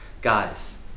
Guys